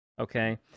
Okay